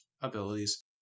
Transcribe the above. abilities